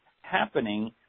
happening